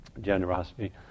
generosity